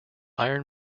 iron